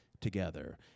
together